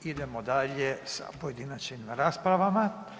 Idemo dalje sa pojedinačnim raspravama.